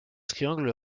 triangle